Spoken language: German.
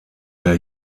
der